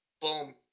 Boom